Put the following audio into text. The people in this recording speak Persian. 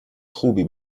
خوبی